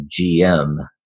GM